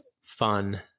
fun